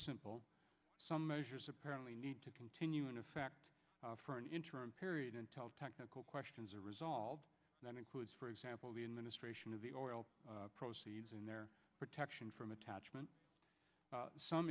simple some measures apparently need to continue in effect for an interim period until technical questions are resolved that includes for example the administration of the oil proceeds and their protection from attachment some